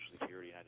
Security